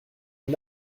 une